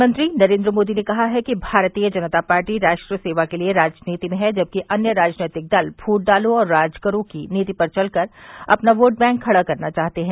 प्रधानमंत्री नरेन्द्र मोदी ने कहा है कि भारतीय जनता पार्टी राष्ट्र सेवा के लिए राजनीति में है जबकि अन्य राजनैतिक दल फूट डालो और राज करो की नीति पर चलकर अपना वोट बैंक खड़ा करना चाहते हैं